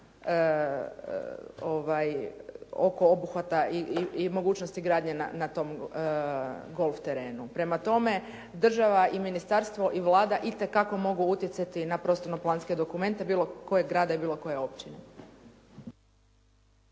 oko obuhvata i mogućnosti gradnje na tom golf terenu. Prema tome država i ministarstvo i Vlada itekako mogu utjecati na prostorno-planske dokumente bilo kojeg grada i bilo koje općine.